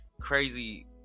crazy